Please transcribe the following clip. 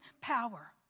power